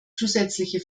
zusätzliche